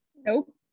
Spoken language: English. Nope